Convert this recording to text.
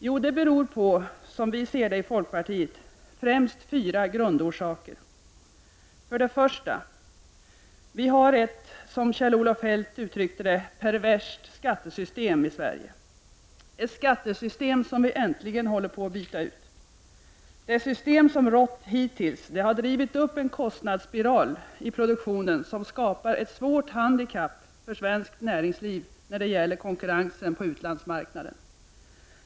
Jo, det beror — som vi i folkpartiet ser det — främst på fyra grundorsaker: För det första har vi ett — som Kjell-Olof Feldt uttryckte det — perverst skattesystem i Sverige — ett skattesystem som vi äntligen håller på att byta ut. Det system som har rått hittills har drivit upp en kostnadsspiral i produktionen, som skapar ett svårt handikapp för svenskt näringsliv i konkurrensen på utlandsmarknaden.